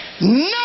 no